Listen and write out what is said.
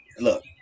Look